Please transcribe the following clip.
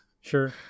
Sure